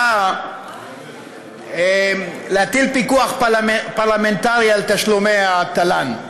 באה להטיל פיקוח פרלמנטרי על תשלומי התל"ן.